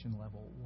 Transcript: level